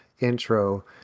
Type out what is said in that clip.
intro